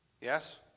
Yes